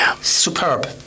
superb